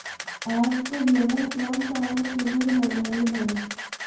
Tax haven कउन साल में शुरू होलई हे?